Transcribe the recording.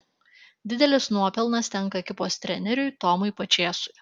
didelis nuopelnas tenka ekipos treneriui tomui pačėsui